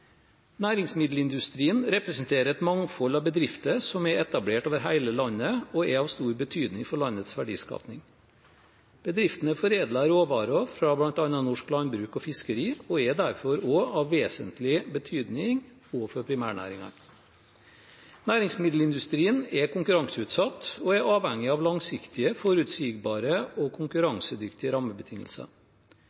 Næringsmiddelindustrien representerer et mangfold av bedrifter som er etablert over hele landet, og er av stor betydning for landets verdiskaping. Bedriftene foredler råvarer fra bl.a. norsk landbruk og fiskeri og er derfor av vesentlig betydning også for primærnæringene. Næringsmiddelindustrien er konkurranseutsatt og er avhengig av langsiktige, forutsigbare og